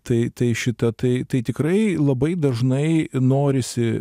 tai tai šita tai tai tikrai labai dažnai norisi